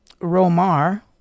Romar